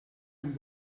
amb